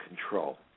control